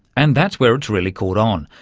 and that's where it's really caught on,